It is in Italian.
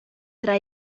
tra